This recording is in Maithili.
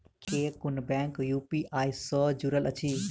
केँ कुन बैंक यु.पी.आई सँ जुड़ल अछि?